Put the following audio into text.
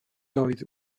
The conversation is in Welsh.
doedd